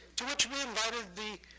to which we invited the